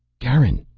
garin!